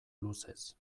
luzez